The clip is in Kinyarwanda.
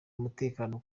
umutekano